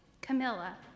Camilla